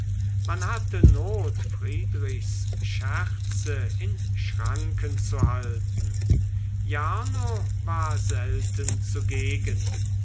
man hatte not friedrichs scherze in schranken zu halten jarno war selten zugegen